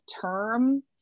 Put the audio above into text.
term